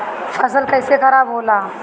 फसल कैसे खाराब होला?